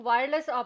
Wireless